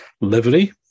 livery